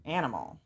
animal